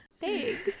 thanks